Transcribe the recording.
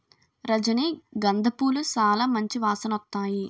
రజనీ గంధ పూలు సాలా మంచి వాసనొత్తాయి